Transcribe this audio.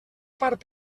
part